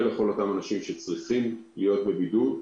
לכל אותם אנשים שצריכים להיות בבידוד,